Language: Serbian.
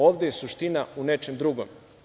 Ovde je suština u nečem drugom.